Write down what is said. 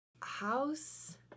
house